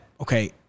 okay